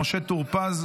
משה טור פז,